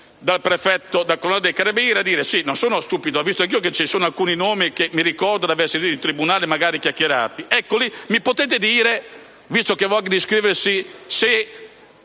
dal prefetto e dal comandante dei carabinieri a dire: sì, non sono stupido, ho visto anch'io che ci sono alcuni nomi che mi ricordo di aver sentito in tribunale, magari chiacchierati. Eccoli: mi potete dire, visto che vogliono iscriversi al